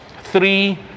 three